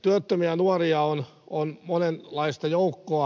työttömiä nuoria on monenlaista joukkoa